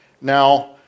Now